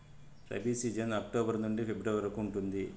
rabi season October నుండి February వరకు ఉంటుంది